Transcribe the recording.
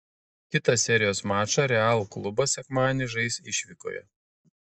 kitą serijos mačą real klubas sekmadienį žais išvykoje